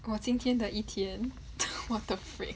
我今天的一天 what the freak